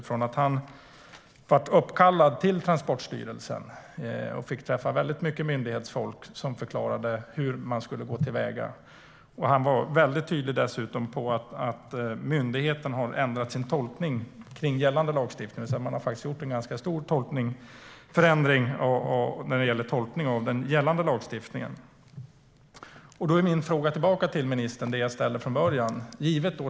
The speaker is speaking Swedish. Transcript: Han hade blivit uppkallad till Transportstyrelsen och fått träffa väldigt mycket myndighetsfolk som förklarade hur man skulle gå till väga. Dessutom var han väldigt tydlig med att myndigheten ändrat sin tolkning av gällande lagstiftning. Man har gjort en ganska stor förändring i tolkningen av gällande lagstiftning. Min fråga till ministern är densamma som den jag ställde från början.